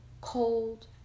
cold